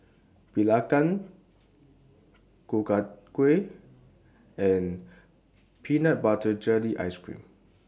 Belacan Ku Chai Kueh and Peanut Butter Jelly Ice Cream